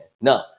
No